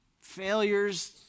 Failures